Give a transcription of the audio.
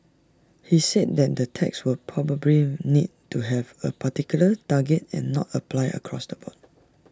he said that the tax would probably need to have A particular target and not apply across the board